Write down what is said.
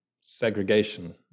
segregation